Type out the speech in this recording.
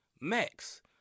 Max